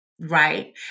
Right